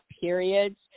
periods